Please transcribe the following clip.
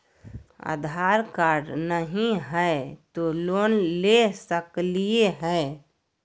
आधार card नही हय, तो लोन ले सकलिये है?